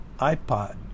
iPod